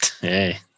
Hey